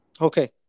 Okay